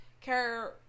care